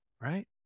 right